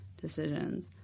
decisions